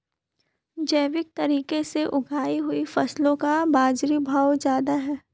जैविक तरीके से उगाई हुई फसलों का बाज़ारी भाव ज़्यादा है